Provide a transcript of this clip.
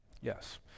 Yes